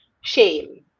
Shame